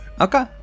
Okay